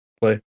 Play